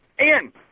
Ian